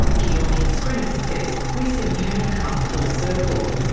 gyorgy scrinis says we seem to have come full circle.